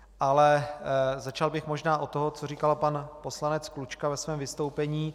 Ale začal bych možná od toho, co začal pan poslanec Klučka ve svém vystoupení.